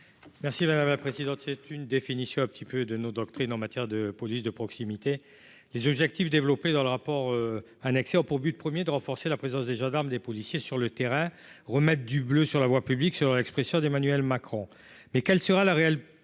Merci madame, c'est une définition, un petit peu de nos doctrine en matière de police de proximité, les objectifs développés dans le rapport annexé au pour but 1er de renforcer la présence des gendarmes, des policiers sur le terrain, remettre du bleu sur la voie publique sur l'expression d'Emmanuel Macron mais quelle sera la réelle